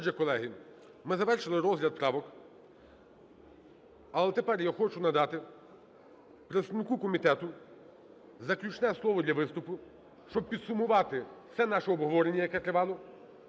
Отже, колеги, ми завершили розгляд правок. Але тепер я хочу надати представнику комітету заключне слово для виступу, щоб підсумувати все наше обговорення, яке тривало.